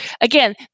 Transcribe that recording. Again